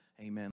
amen